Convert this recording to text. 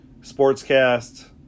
sportscast